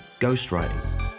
ghostwriting